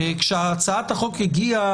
כשהצעת החוק הגיעה,